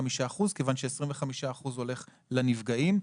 אחוזים כיוון ש-25 אחוזים הולכים לנפגעים.